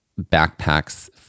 backpacks